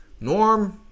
Norm